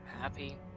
happy